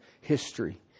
history